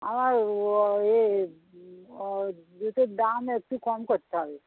আমার এ জুতোর দাম একটু কম করতে হবে